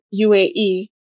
UAE